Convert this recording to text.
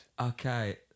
Okay